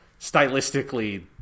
stylistically